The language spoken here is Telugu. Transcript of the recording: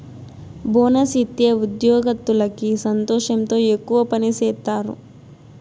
బోనస్ ఇత్తే ఉద్యోగత్తులకి సంతోషంతో ఎక్కువ పని సేత్తారు